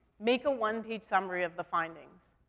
make a one page summary of the findings.